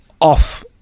off